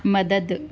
مدد